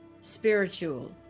spiritual